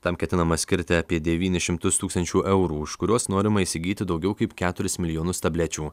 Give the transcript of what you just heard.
tam ketinama skirti apie devynis šimtus tūkstančių eurų už kuriuos norima įsigyti daugiau kaip keturis milijonus tablečių